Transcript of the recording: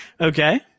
okay